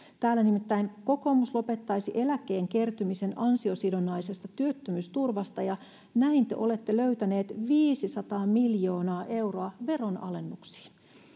täällä nimittäin kokoomus lopettaisi eläkkeen kertymisen ansiosidonnaisesta työttömyysturvasta ja näin te olette löytäneet viisisataa miljoonaa euroa veronalennuksiin